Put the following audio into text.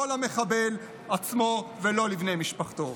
לא למחבל עצמו ולא לבני משפחתו,